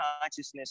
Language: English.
consciousness